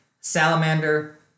salamander